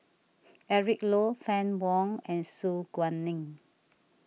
Eric Low Fann Wong and Su Guaning